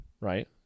right